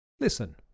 Listen